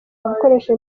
gukoresha